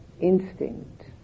instinct